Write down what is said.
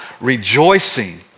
rejoicing